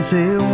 Say